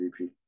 MVP